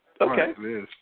Okay